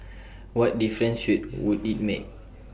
what difference should would IT make